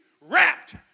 Wrapped